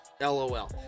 lol